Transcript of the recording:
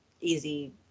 easy